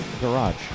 Garage